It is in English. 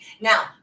now